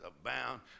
abound